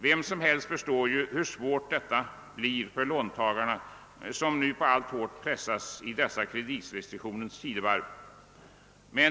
Alla förstår ju hur svårt detta blir för låntagarna, som nu på alla håll pressas i dessa kreditrestriktionernas tidevarv.